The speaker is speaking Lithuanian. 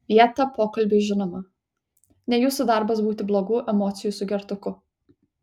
vietą pokalbiui žinoma ne jūsų darbas būti blogų emocijų sugertuku